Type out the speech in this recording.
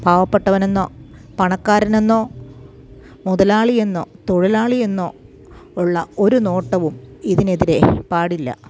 പാവപ്പെട്ടവനെന്നോ പണക്കാരനെന്നോ മുതലാളിയെന്നോ തൊഴിലാളിയെന്നോ ഉള്ള ഒരു നോട്ടവും ഇതിനെതിരെ പാടില്ല